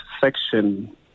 section